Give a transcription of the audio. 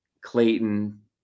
Clayton